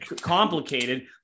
complicated